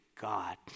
God